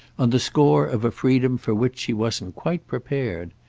on the score of a freedom for which she wasn't quite prepared.